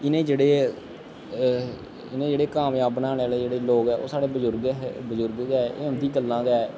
इ'नें गी जेह्ड़े इ'नें गी जेह्ड़े कामजाब बनाने आह्ले जेह्ड़े लोग ऐ ओह् साढ़े बजुरग हे एह् बजुर्ग गै एह् उं'दी गल्ला गै